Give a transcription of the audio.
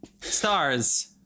stars